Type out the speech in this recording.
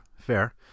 fair